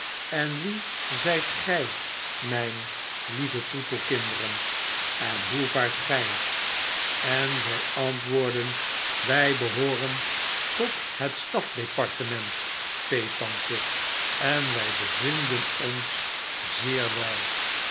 en wie zgt gij mjjh heve troetelkinderen en hoe vaart ggv en zy antwoordden wij behooren tot het staf departement peettante en wy bevinden ons zeer wel